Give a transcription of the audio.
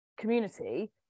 community